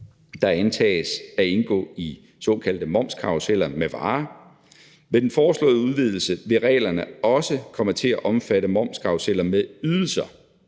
der antages at indgå i såkaldte momskarruseller med varer. Med den foreslåede udvidelse vil reglerne også komme til at omfatte momskarruseller med ydelser